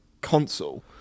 console